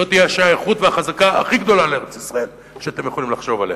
זו תהיה השייכות והחזקה הכי גדולה על ארץ-ישראל שאתם יכולים לחשוב עליה,